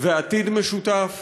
ועתיד משותף?